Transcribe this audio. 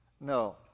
No